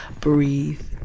Breathe